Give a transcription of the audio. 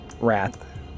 Wrath